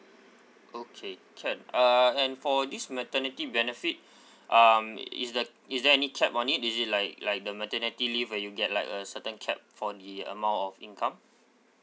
okay can uh and for this maternity benefit um is the is there any cap on it is like like the maternity leave when you get like a certain cap for the amount of income